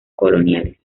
coloniales